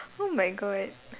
oh my god